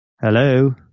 Hello